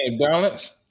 Balance